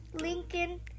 Lincoln